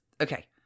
okay